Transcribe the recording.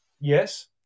Yes